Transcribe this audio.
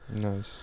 Nice